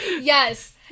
Yes